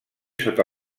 sota